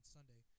Sunday